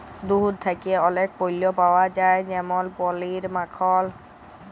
দুহুদ থ্যাকে অলেক পল্য পাউয়া যায় যেমল পলির, মাখল